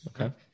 Okay